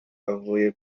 avuye